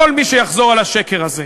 כל מי שיחזור על השקר הזה,